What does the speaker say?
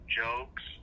jokes